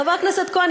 חבר הכנסת כהן,